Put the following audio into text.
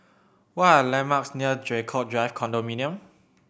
what are the landmarks near Draycott Drive Condominium